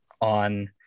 on